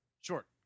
Short